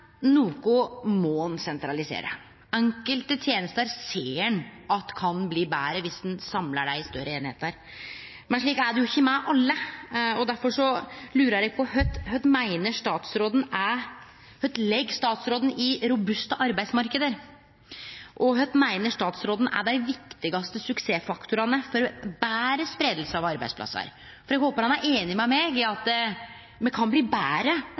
Noko må ein sentralisere. Enkelte tenester ser ein at kan bli betre dersom ein samlar dei i større einingar, men slik er det ikkje med alle, og difor lurar eg på kva statsråden legg i ein robust arbeidsmarknad, og kva statsråden meiner er dei viktigaste suksessfaktorane for ei betre spreiing av arbeidsplassar, for eg håpar han er einig med meg i at me kan bli betre